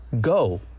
go